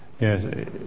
Yes